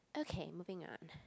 okay moving on